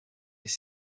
des